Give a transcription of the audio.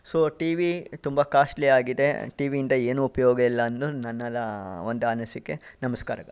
so TV ತುಂಬ ಕಾಸ್ಟ್ಲಿಯಾಗಿದೆ ಟಿ ವಿಯಿಂದ ಏನು ಉಪಯೋಗವಿಲ್ಲ ಅನ್ನೋದು ನನ್ನದು ಒಂದು ಅನಿಸಿಕೆ ನಮಸ್ಕಾರಗಳು